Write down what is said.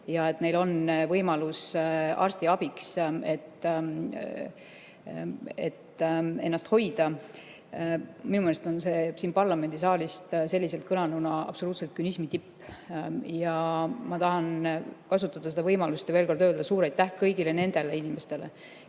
ja et neil on võimalus arstiabiks, et ennast hoida. Minu meelest on see siin parlamendisaalis selliselt kõlanuna absoluutne künismi tipp. Ma tahan kasutada võimalust ja veel kord öelda suur aitäh kõigile nendele inimestele,